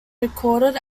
recorded